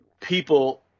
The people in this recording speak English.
people